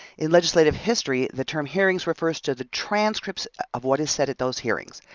in legislative history the term hearings refers to the transcripts of what is said at those hearings,